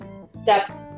step